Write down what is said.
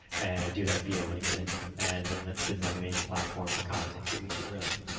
and i do that via linkedin. and that's been my main platform for content creation, really.